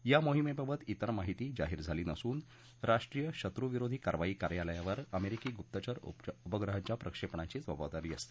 या मोहिमेबाबत त्वेर माहिती जाहीर झाली नसून राष्ट्रीय शत्रू विरोधी कारवाई कार्यालयावर अमेरिकी गुप्तचर उपग्रहांच्या प्रक्षेपणाची जबाबदारी असते